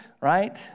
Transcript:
right